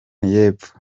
y’epfo